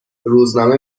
روزنامه